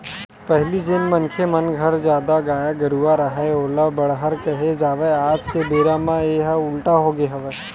पहिली जेन मनखे मन घर जादा गाय गरूवा राहय ओला बड़हर केहे जावय आज के बेरा म येहा उल्टा होगे हवय